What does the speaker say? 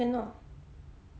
cannot